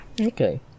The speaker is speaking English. Okay